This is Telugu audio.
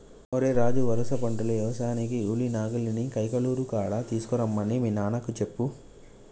ఓరై రాజు వరుస పంటలు యవసాయానికి ఉలి నాగలిని కైకలూరు కాడ తీసుకురమ్మని మీ నాన్నకు చెప్పు